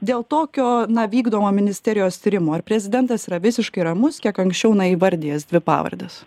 dėl tokio na vykdomo ministerijos tyrimo ar prezidentas yra visiškai ramus kiek anksčiau na įvardijęs dvi pavardes